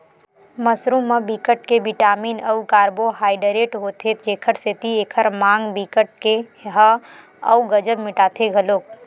mushroom म बिकट के बिटामिन अउ कारबोहाइडरेट होथे जेखर सेती एखर माग बिकट के ह अउ गजब मिटाथे घलोक